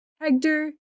HECTOR